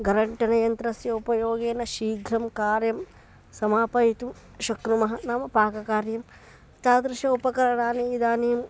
गरटनयन्त्रस्य उपयोगेन शीघ्रं कार्यं समापयितुं शक्नुमः नाम पाककार्यं तादृशानि उपकरणानि इदानीं